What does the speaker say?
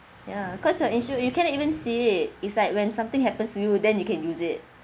ya cause the issue is you can't even see it it's like when something happens to you then you can use it